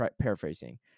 paraphrasing